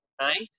Nice